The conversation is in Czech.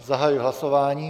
Zahajuji hlasování.